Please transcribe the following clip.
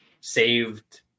Saved